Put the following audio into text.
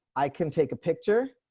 i can take a picture.